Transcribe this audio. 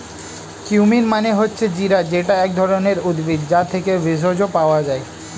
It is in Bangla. কিউমিন মানে হচ্ছে জিরা যেটা এক ধরণের উদ্ভিদ, যা থেকে ভেষজ পাওয়া যায়